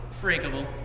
breakable